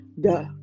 duh